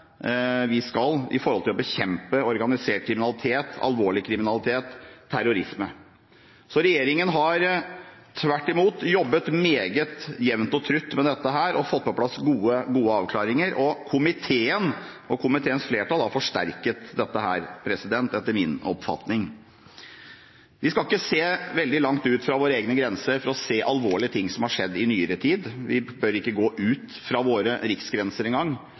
vi skal gjøre knyttet til å bekjempe organisert kriminalitet, alvorlig kriminalitet og terrorisme. Regjeringen har tvert imot jobbet meget jevnt og trutt med dette og fått på plass gode avklaringer. Komiteen og komiteens flertall har forsterket dette, etter min oppfatning. Vi skal ikke se veldig langt utenfor våre egne grenser før vi ser alvorlige ting som har skjedd i nyere tid. Vi må ikke engang utenfor våre riksgrenser